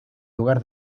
lugar